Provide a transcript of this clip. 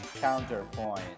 counterpoint